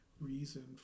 reason